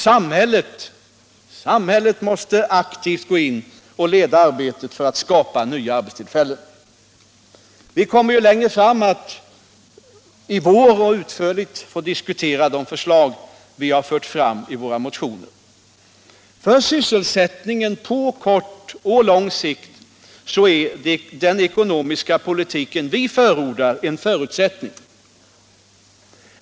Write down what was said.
Samhället måste aktivt gå in och leda arbetet för att skapa nya arbetstillfällen.” Vi kommer längre fram i vår att utförligt få diskutera de förslag som vi har fört fram i våra motioner. För sysselsättningen på både kort och lång sikt är den ekonomiska politik vi förordar en förutsättning.